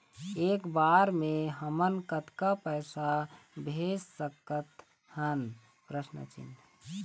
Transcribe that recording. एक बर मे हमन कतका पैसा भेज सकत हन?